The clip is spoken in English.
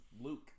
Luke